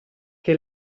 che